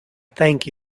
thank